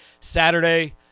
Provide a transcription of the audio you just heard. Saturday